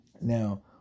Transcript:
Now